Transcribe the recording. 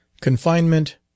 Confinement